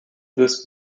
this